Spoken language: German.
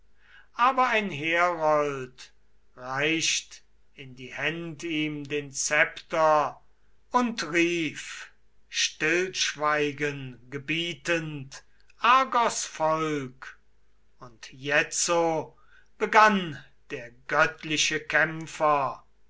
aber ein herold reicht in die händ ihm den scepter und rief stillschweigen gebietend argos volk und jetzo begann der göttliche kämpfer